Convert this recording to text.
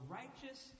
righteous